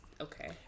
Okay